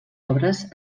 obres